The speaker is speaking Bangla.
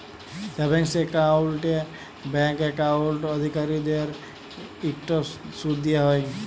সেভিংস একাউল্টে ব্যাংক একাউল্ট অধিকারীদেরকে ইকট সুদ দিয়া হ্যয়